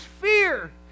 fear